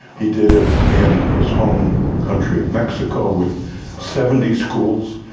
he did it in his home country of mexico with seventy schools,